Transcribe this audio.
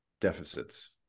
deficits